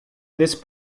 this